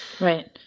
Right